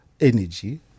energy